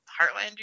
heartland